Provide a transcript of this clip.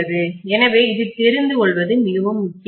எனவே இது தெரிந்து கொள்வது மிகவும் முக்கியமானது